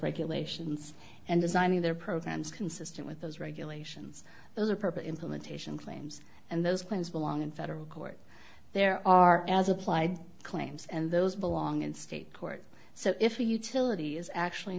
regulations and designing their programs consistent with those regulations those are perfect implementation claims and those plans belong in federal court there are as applied claims and those belong in state court so if a utility is actually